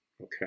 Okay